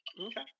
Okay